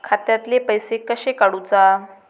खात्यातले पैसे कशे काडूचा?